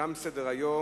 תם סדר-היום.